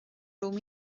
raibh